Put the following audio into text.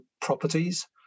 properties